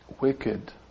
wicked